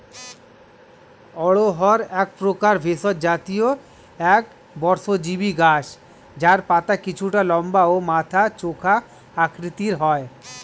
অড়হর একপ্রকার ভেষজ জাতীয় একবর্ষজীবি গাছ যার পাতা কিছুটা লম্বা ও মাথা চোখা আকৃতির হয়